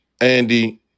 Andy